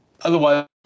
Otherwise